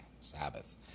Sabbath